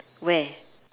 where